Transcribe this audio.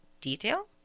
detail